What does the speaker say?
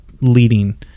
leading